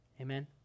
Amen